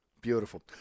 Beautiful